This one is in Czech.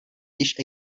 již